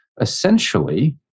Essentially